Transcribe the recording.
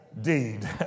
deed